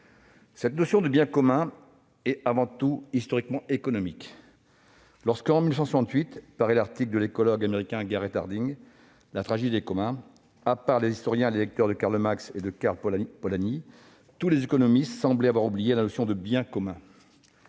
la notion de « biens communs » est avant tout de nature économique. Lorsque, en 1968, paraît l'article de l'écologue américain Garrett Hardin, « La tragédie des communs », à part les historiens et les lecteurs de Karl Marx ou de Karl Polanyi, tous les économistes semblaient avoir oublié la notion de « biens communs